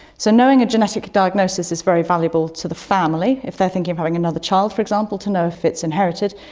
so knowing a genetic diagnosis is very valuable to the family, if they are thinking of having another child for example, to know if it's inherited,